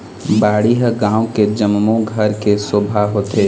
बाड़ी ह गाँव के जम्मो घर के शोभा होथे